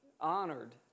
honored